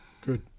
Good